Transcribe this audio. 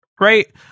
Right